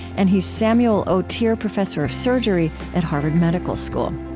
and he's samuel o. thier professor of surgery at harvard medical school.